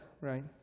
right